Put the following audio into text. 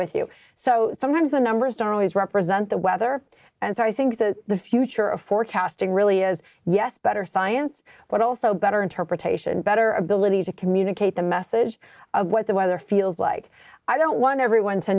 with you so sometimes the numbers don't always represent the weather and so i think that the future of forecasting really is yes better science but also better interpretation better ability to communicate the message of what the weather feels like i don't want everyone to